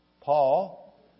Paul